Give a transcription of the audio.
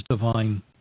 divine